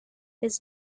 his